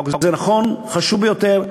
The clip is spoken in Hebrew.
החוק הזה נכון, חשוב ביותר.